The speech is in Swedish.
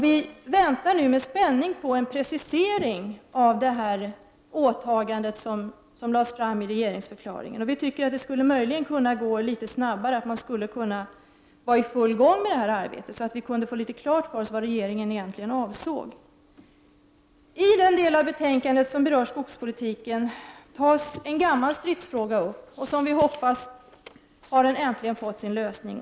Vi väntar nu med spänning på en precisering av det åtagande som gjordes i regeringsförklaringen. Vi tycker möjligen att det skulle kunna gå litet snabbare och att man nu skulle kunna vara i full gång med detta arbete, så att vi kunde få mera klart för oss vad regeringen egentligen avsåg. I den del av betänkandet som berör skogspolitiken behandlas en gammal stridsfråga, som vi hoppas nu äntligen har fått sin lösning.